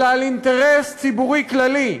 אלא על אינטרס ציבורי כללי.